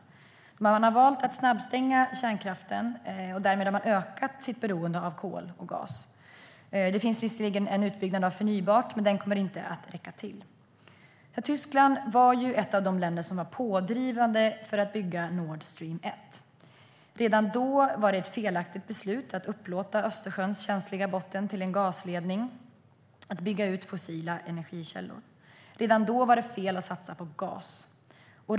I Tyskland har man valt att snabbstänga kärnkraften, och därmed har man ökat sitt beroende av kol och gas. Det finns visserligen en utbyggnad av förnybart, men den kommer inte att räcka till. Tyskland var ett av de länder som var pådrivande för att bygga Nordstream 1. Redan då var det ett felaktigt beslut att upplåta Östersjöns känsliga botten till en gasledning och att bygga ut fossila energikällor. Redan då var det fel att satsa på gas.